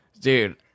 Dude